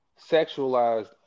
sexualized